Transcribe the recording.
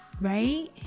right